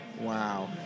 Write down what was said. wow